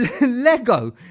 Lego